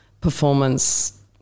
performance